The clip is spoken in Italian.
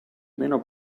meno